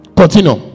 continue